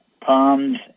palms